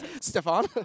Stefan